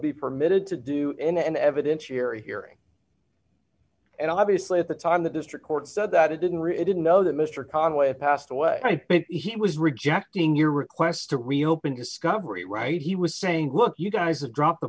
be permitted to do in an evidentiary hearing and obviously at the time the district court said that it didn't really didn't know that mr conway passed away but he was rejecting your request to reopen discovery right he was saying look you guys dropped the